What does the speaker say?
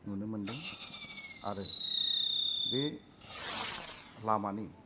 नुनो मोनदों आरो बे लामानि